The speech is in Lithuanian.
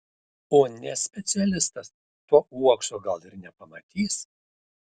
o ne specialistas to uokso gal ir nepamatys